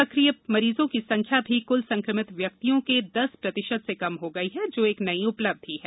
सक्रिय मरीजों की संख्यात भी कुल संक्रमित व्यक्तियों के दस प्रतिशत से कम हो गई है जो एक नई उपलब्धि है